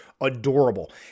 adorable